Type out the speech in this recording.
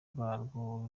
bwarwo